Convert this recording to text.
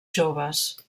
joves